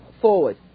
forward